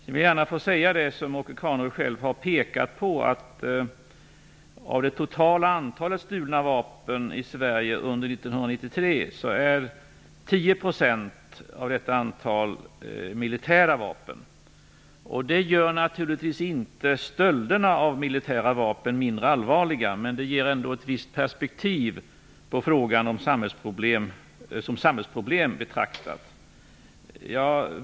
Jag vill gärna poängtera det som Åke Carnerö har påpekat, att av det totala antalet stulna vapen i Sverige under 1993 är 10 % militära vapen. Det gör naturligtvis inte stölderna av militära vapen mindre allvarliga, men det ger ett visst perspektiv på frågan som samhällsproblem.